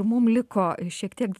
mum liko šiek tiek